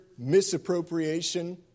Misappropriation